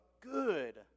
good